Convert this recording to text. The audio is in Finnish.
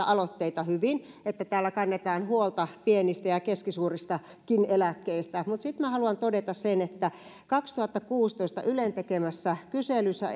aloitteita hyvin että täällä kannetaan huolta pienistä ja ja keskisuuristakin eläkkeistä mutta haluan todeta sen että kaksituhattakuusitoista ylen eduskuntaryhmille tekemässä kyselyssä